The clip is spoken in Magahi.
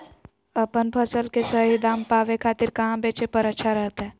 अपन फसल के सही दाम पावे खातिर कहां बेचे पर अच्छा रहतय?